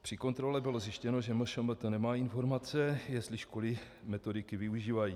Při kontrole bylo zjištěno, že MŠMT nemá informace, jestli školy metodiky využívají.